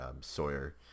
Sawyer